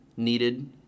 needed